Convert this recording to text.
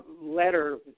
letter